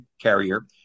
Carrier